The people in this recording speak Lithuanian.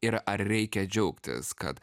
ir ar reikia džiaugtis kad